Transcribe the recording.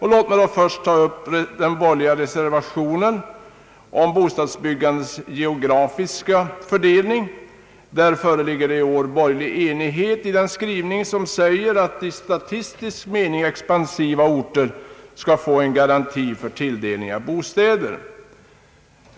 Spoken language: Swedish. Låt mig först ta upp den borgerliga reservationen om = bostadsbyggandets geografiska fördelning. På denna punkt föreligger i år borgerlig enighet om en skrivning som innebär att även icke i »statistisk mening expansiva orter» får en garanti för tilldelning av bostäder.